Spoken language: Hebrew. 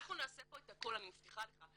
אנחנו נעשה פה את הכל, אני מבטיחה לך.